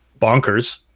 bonkers